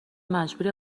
مجبوری